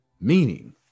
Meaning